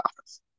office